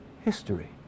history